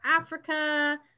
africa